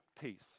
peace